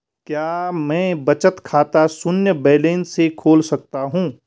क्या मैं बचत खाता शून्य बैलेंस से भी खोल सकता हूँ?